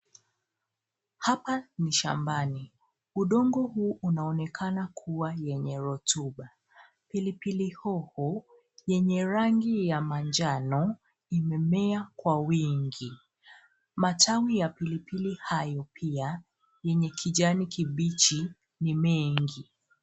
Hapa ni shambani, udongo huu unaonekana kuwa wenye rotuba. Pilipili hoho enye rangi ya manjano imemea kwa wingi. Matawi ya pilipili hayo pia enye kijani kibichi ni mengi.